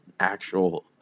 actual